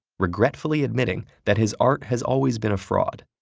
regretfully admitting that his art has always been a fraud.